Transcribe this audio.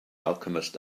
alchemist